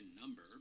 number